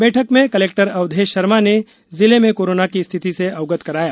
बैठक में कलेक्टर अवधेश शर्मा ने जिले में कोराना की रिथति से अवगत कराया